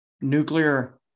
nuclear